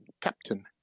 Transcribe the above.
Captain